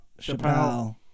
chappelle